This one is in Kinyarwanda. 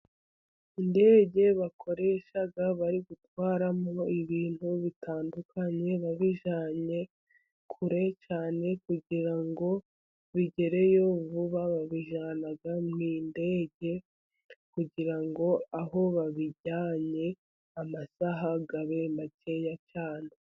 Indege bakoresha bari gutwara ibintu bitandukanye, babijyanye kure cyane, kugirango bigereyo vuba. Babijyana mu ndege kugira ngo aho babijyanye amasaha abe makeya cyane.